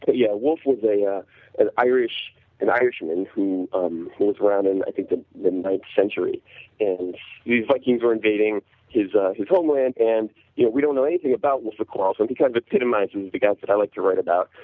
but yeah, wolf was ah an irishman an irishman who um was around in i think the the ninth century and the vikings were invading his ah homeland and you know we don't know anything about wolf the quarrelsome, he kind of epitomizes the guys but i like to write about.